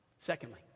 Secondly